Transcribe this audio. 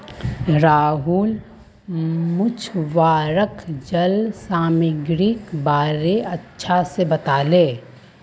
राहुल मछुवाराक जल सामागीरीर बारे अच्छा से बताले